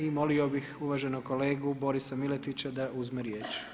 I molio bih uvaženog kolegu Borisa Miletića da uzme riječ.